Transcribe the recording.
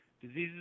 diseases